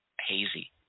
hazy